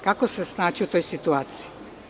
Kako se snaći u toj situaciji?